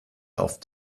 auf